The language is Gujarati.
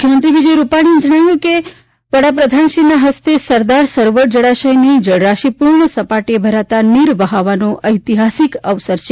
મુખ્યમંત્રી વિજય રૂપાણીએ જણાવ્યું હતું કે આજે વડાપ્રધાનશ્રીના હસ્તે સરદાર સરોવર જળાશયની જળરાશી પૂર્ણ સપાટીએ ભરાતા નીર વહાવવાનો ઐતિહાસિક અવસર છે